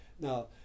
Now